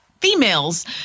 females